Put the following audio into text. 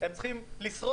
הם צריכים לשרוד.